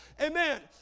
Amen